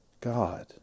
God